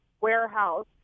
warehouse